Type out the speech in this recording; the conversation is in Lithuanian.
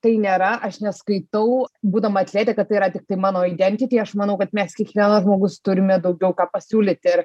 tai nėra aš neskaitau būdama atletė kad tai yra tiktai mano identiti aš manau kad mes kiekvienas žmogus turime daugiau ką pasiūlyti ir